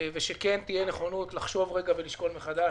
ושכן תהיה נכונות לחשוב רגע ולשקול מחדש,